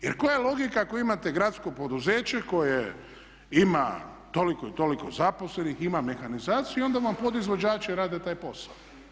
Jer koja je logika ako imate gradsko poduzeće koje ima toliko i toliko zaposlenih, ima mehanizaciju, onda vam podizvođači rade taj posao.